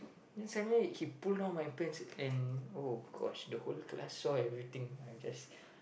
then suddenly he pull down my pants and oh gosh the whole class saw everything I just